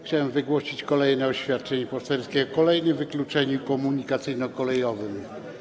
Chciałem wygłosić kolejne oświadczenie poselskie o wykluczeniu komunikacyjnym, kolejowym.